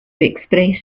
express